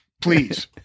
please